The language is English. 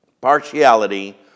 partiality